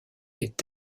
est